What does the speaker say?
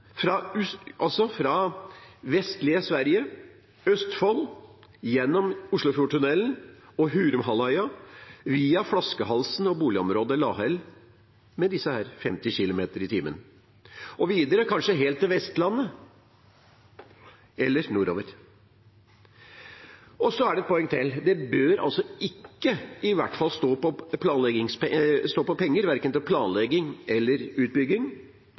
fra kontinentet, fra vestlige Sverige, fra Østfold, trafikken gjennom Oslofjordtunnelen og over Hurumhalvøya, via flaskehalsen og boligområdet Lahell, med de 50 km/t, og videre – kanskje helt til Vestlandet eller nordover. Så er det et poeng til: Det bør i hvert fall ikke stå på penger, verken til planlegging eller til utbygging,